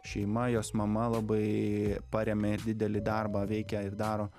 šeima jos mama labai parėmia ir didelį darbą veikia ir daro